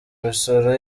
imisoro